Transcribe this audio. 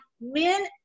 men